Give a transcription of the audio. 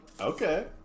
Okay